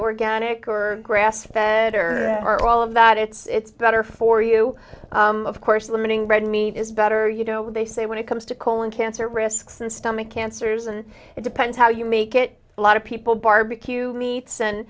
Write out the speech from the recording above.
organic or grass or all of that it's better for you of course limiting red meat is better you know what they say when it comes to colon cancer risks and stomach cancers and it depends how you make it a lot of people barbecue meats and